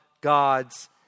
God's